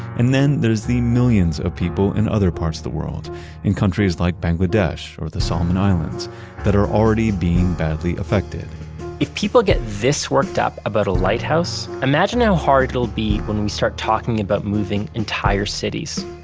and then there's the millions of people in other parts of the world in countries like bangladesh or the solomon islands that are already being badly affected if people get this worked up about a lighthouse, imagine how hard it'll be when we start talking about moving entire cities.